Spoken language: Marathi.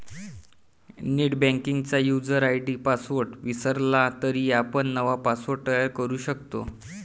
नेटबँकिंगचा युजर आय.डी पासवर्ड विसरला तरी आपण नवा पासवर्ड तयार करू शकतो